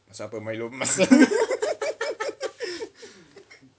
supper Milo